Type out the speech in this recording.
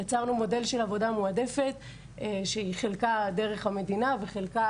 יצרנו מודל של עבודה מועדפת שהיא חלקה דרך המדינה וחלקה